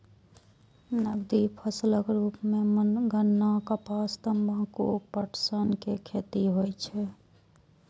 नकदी फसलक रूप मे गन्ना, कपास, तंबाकू, पटसन के खेती होइ छै